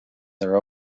their